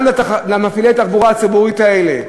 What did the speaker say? גם למפעילי התחבורה הציבורית האלה,